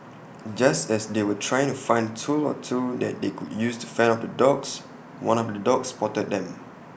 just as they were trying to find A tool or two that they could use to fend off the dogs one of the dogs spotted them